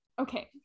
Okay